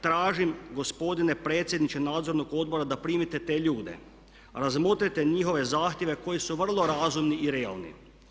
Tražim gospodine predsjedniče Nadzornog odbora da primite te ljude, razmotrite njihove zahtjeve koji su vrlo razumni i realni.